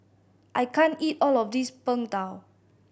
I can't eat all of this Png Tao